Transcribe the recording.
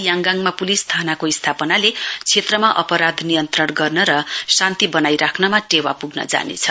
याङगाङमा police थानाको स्थापनाले क्षेत्रमा अपराध नियन्त्रण गर्न र शान्ति बनाई राख्नमा टेवा पुग्न जानेछ